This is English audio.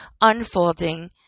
unfolding